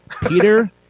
Peter